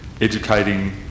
educating